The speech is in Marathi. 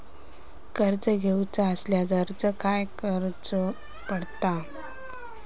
कर्ज घेऊचा असल्यास अर्ज खाय करूचो पडता?